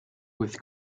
with